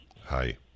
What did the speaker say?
Hi